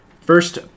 first